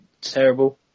terrible